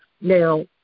Now